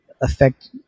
affect